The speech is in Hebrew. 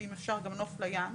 ואם אפשר גם נוף לים,